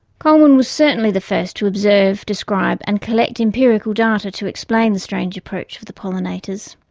coleman was certainly the first to observe, describe and collect empirical data to explain the strange approach of the pollinators.